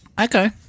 okay